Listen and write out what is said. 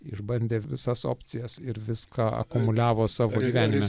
išbandė visas opcijas ir viską akumuliavo savo gyvenime